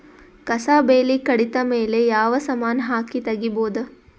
ಕಸಾ ಬೇಲಿ ಕಡಿತ ಮೇಲೆ ಯಾವ ಸಮಾನ ಹಾಕಿ ತಗಿಬೊದ?